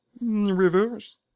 Reverse